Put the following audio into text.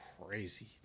crazy